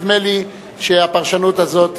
נדמה לי שהפרשנות הזו,